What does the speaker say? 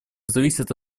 зависит